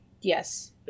yes